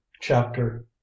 chapter